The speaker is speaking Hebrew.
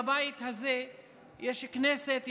בבית הזה יש כנסת,